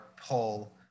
pull